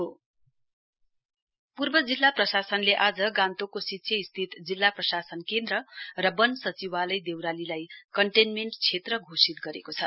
containment area पूर्व जिल्ला प्रशासनले गान्तोकको सिच्छे स्थित जिल्ला प्रशासन केन्द्र र वन सचिवालय देउरालीलाई कन्टेन्मेण्ट क्षेत्र घोषित गरेको छ